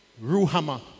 Ruhama